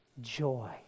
joy